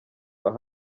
aho